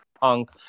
punk